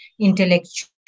intellectual